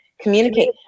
communicate